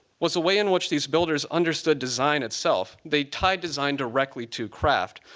was the way in which these builders understood design itself. they tied design directly to craft.